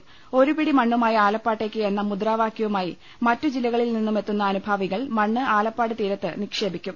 ഒരുപിടി മണ്ണുമായി ആലപ്പാട്ടേക്ക് എന്ന മുദ്രാവാക്യവുമായി മറ്റു ജില്ലകളിൽനിന്നും എത്തുന്ന അനുഭാവികൾ മണ്ണ് ആലപ്പാട്ട് തീരത്ത് നിക്ഷേപിക്കും